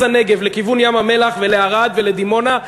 הנגב לכיוון ים-המלח ולערד ולדימונה,